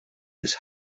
this